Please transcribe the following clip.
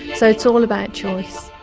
so it's all about choice.